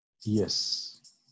Yes